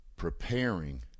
Preparing